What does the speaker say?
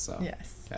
Yes